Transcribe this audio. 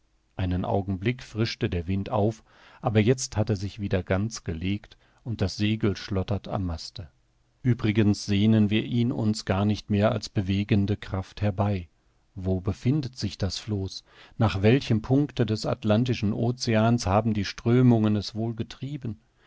einen augenblick frischte der wind auf aber jetzt hat er sich wieder ganz gelegt und das segel schlottert am maste uebrigens sehnen wir ihn uns gar nicht mehr als bewegende kraft herbei wo befindet sich das floß nach welchem punkte des atlantischen oceans haben die strömungen es wohl getrieben